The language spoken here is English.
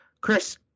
Chris